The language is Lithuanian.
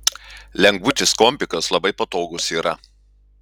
lengvutis kompikas labai patogus yra